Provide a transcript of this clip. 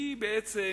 היא בעצם